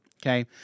Okay